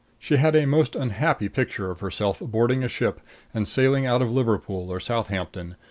she had a most unhappy picture of herself boarding a ship and sailing out of liverpool or southampton,